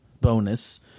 bonus